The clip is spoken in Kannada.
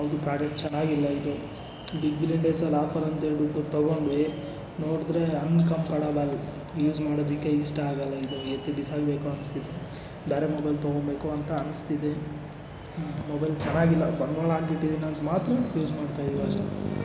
ಹೌದು ಪ್ರಾಡಕ್ಟ್ ಚೆನ್ನಾಗಿಲ್ಲ ಇದು ಬಿಗ್ ಬಿಲಿಯನ್ ಡೇಸಲ್ಲಿ ಆಫರ್ ಅಂಥೇಳ್ಬಿಟ್ಟು ತೊಗೊಂಡ್ವಿ ನೋಡಿದರೆ ಅನ್ಕಂಫರ್ಟೆಬಲ್ ಯೂಸ್ ಮಾಡೋದಕ್ಕೆ ಇಷ್ಟ ಆಗಲ್ಲ ಇದು ಎತ್ತಿ ಬಿಸಾಡಬೇಕು ಅನ್ನಿಸ್ತದೆ ಬ್ಯಾರೆ ಮೊಬೈಲ್ ತೊಗೋಬೇಕು ಅಂತ ಅನ್ನಿಸ್ತಿದೆ ಮೊಬೈಲ್ ಚೆನ್ನಾಗಿಲ್ಲ ಬಂಡವಾಳ ಹಾಕ್ಬಿಟ್ಟಿದ್ದೀನಿ ಅಂತ ಮಾತ್ರ ಯೂಸ್ ಮಾಡ್ತಾಯಿದ್ದೀನಿ ಅಷ್ಟೇ